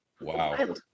Wow